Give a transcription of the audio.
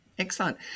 Excellent